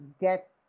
get